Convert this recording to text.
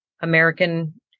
American